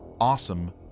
awesome